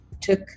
took